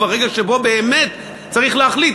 הרגע שבו באמת צריך להחליט,